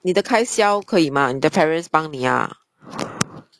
你的开销可以吗你的 parents 帮你啊